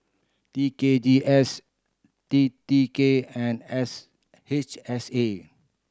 T K G S T T K and S H S A